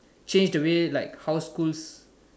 changed the way like how schools